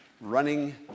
running